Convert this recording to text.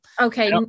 Okay